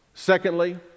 Secondly